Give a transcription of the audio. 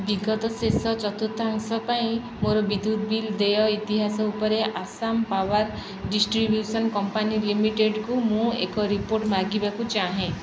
ବିଗତ ଶେଷ ଚତୁର୍ଥାଂଶ ପାଇଁ ମୋର ବିଦ୍ୟୁତ ବିଲ୍ ଦେୟ ଇତିହାସ ଉପରେ ଆସାମ ପାୱାର୍ ଡିଷ୍ଟ୍ରିବ୍ୟୁସନ୍ କମ୍ପାନୀ ଲିମିଟେଡ଼୍କୁ ମୁଁ ଏକ ରିପୋର୍ଟ ମାଗିବାକୁ ଚାହେଁ